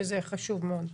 כי זה חשוב מאוד.